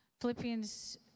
Philippians